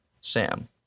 Sam